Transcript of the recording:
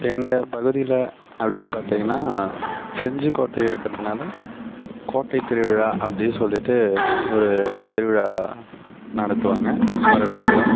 எங்கள் பகுதியில் அப்படின்னு பார்த்திங்கன்னா செஞ்சிகோட்டை இருக்கிறதுனால கோட்டை திருவிழா அப்படின்னு சொல்லிட்டு ஒரு திருவிழா நடத்துவாங்கள் வருடவருடம்